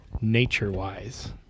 Nature-wise